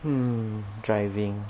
hmm driving